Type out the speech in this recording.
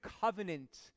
covenant